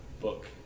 book